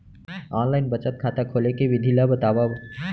Online बचत खाता खोले के विधि ला बतावव?